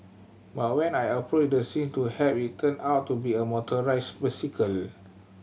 but when I approached the scene to help it turned out to be a motorised bicycle